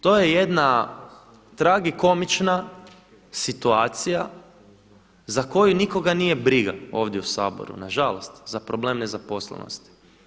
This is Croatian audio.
To je jedna tragikomična situacija za koju nikoga nije briga ovdje u Saboru, nažalost, za problem nezaposlenosti.